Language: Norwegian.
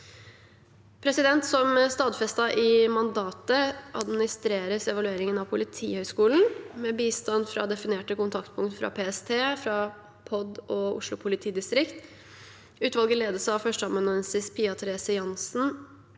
unngått. Som stadfestet i mandatet administreres evalueringen av Politihøgskolen, med bistand fra definerte kontaktpunkt fra PST, Politidirektoratet og Oslo politidistrikt. Utvalget ledes av førsteamanuensis Pia Therese Jansen